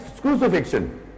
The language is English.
crucifixion